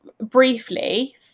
briefly